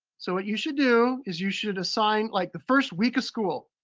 so what you should do, is you should assign, like the first week of school,